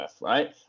right